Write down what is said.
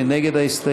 מי נגד ההסתייגות?